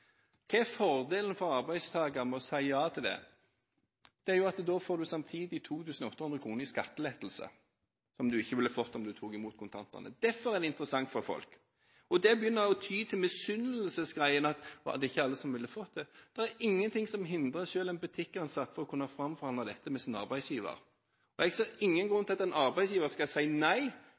Hva er fordelen for arbeidstaker ved å si ja til det? Det er at da får du samtidig 2 800 kr i skattelettelse, noe du ikke ville fått om du tok imot kontantene. Derfor er det interessant for folk. Man begynner å ty til dette med misunnelse, og at det ikke er alle som ville få dette. Det er ingenting som hindrer selv en butikkansatt i å framforhandle dette med sin arbeidsgiver. Jeg ser ingen grunn til at en arbeidsgiver skal si nei